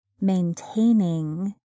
maintaining